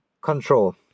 control